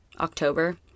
October